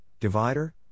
divider